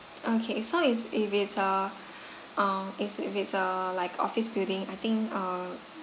okay so it's if it is a um is if it is a like office building I think uh